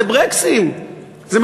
זה ברקסים,